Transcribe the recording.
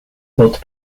both